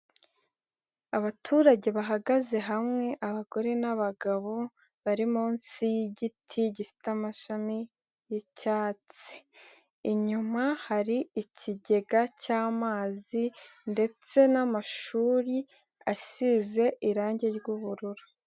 Abaturage bahagaze hamwe abagore n'abagabo bari munsi y'igiti gifite amashami y'icyatsi, inyuma hari ikigega cy'amazi ndetse n'amashuri asize irangi ry'ubururu.